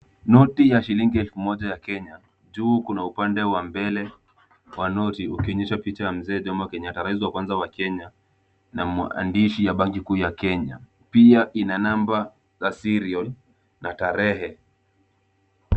Noti ya shilingi elfu moja ya Kenya, juu kuna upande wa mbele wa noti ukionyesha picha ya Mzee Jomo Kenyatta rais wa kwanza wa Kenya na maandishi ya banki kuu ya Kenya. Pia ina namba za serial na tarehe.